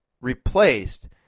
replaced